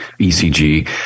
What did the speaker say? ECG